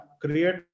create